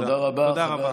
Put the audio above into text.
תודה רבה.